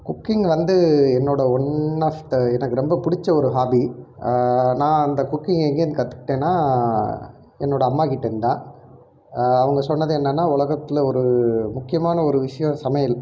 cooking வந்து என்னோடய one of the எனக்கு ரொம்ப பிடிச்ச ஒரு ஹாபி நான் அந்த குக்கிங்கை எங்கேருந்து கற்றுக்கிட்டேன்னா என்னோடய அம்மாக்கிட்டேருந்து தான் அவங்க சொன்னது என்னன்னால் உலகத்தில் ஒரு முக்கியமான ஒரு விஷயம் சமையல்